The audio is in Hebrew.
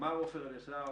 עופר אליישר: